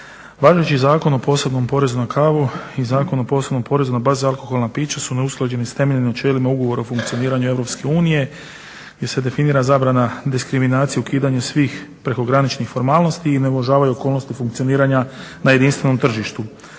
Važeći Zakon o posebnom porezu na kavu i Zakon o posebnom porezu na bezalkoholna pića su neusklađeni s temeljnim načelima Ugovora o funkcioniranju EU gdje se definira zabrana diskriminacije i ukidanje svih prekograničnih formalnosti i ne uvažavaju okolnosti funkcioniranja na jedinstvenom tržištu.